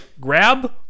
grab